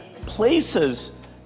places